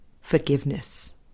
Forgiveness